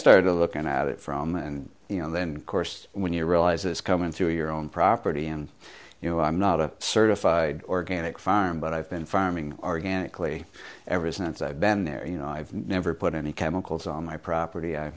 started looking at it from and you know then course when you realize it's coming through your own property and you know i'm not a certified organic farm but i've been farming organically ever since i've been there you know i've never put any chemicals on my property i